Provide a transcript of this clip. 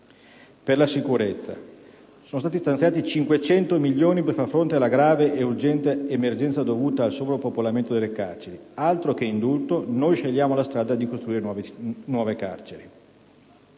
Per la sicurezza, sono stati stanziati 500 milioni per far fronte alla grave e urgente emergenza dovuta al sovrappopolamento delle carceri: altro che indulto, noi scegliamo la strada di costruire nuove carceri!